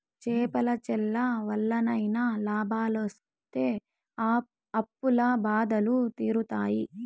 చేపల చెర్ల వల్లనైనా లాభాలొస్తి అప్పుల బాధలు తీరుతాయి